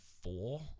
four